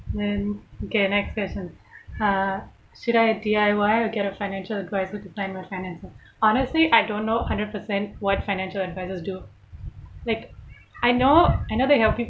then okay next question uh should I D_I_Y or get a financial adviser to plan my finances honestly I don't know hundred percent what financial advisers do like I know I know they help you